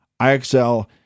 IXL